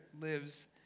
lives